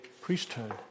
priesthood